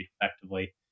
effectively